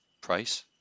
price